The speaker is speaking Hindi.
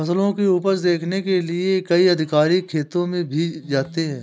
फसलों की उपज देखने के लिए कई अधिकारी खेतों में भी जाते हैं